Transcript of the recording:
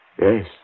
Yes